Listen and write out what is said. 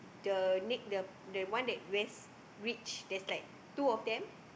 the next the one that wears rich there's like two of them